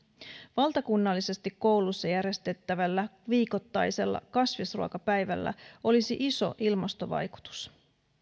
valtakunnallisesti kouluissa järjestettävällä viikoittaisella kasvisruokapäivällä olisi iso ilmastovaikutus